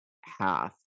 half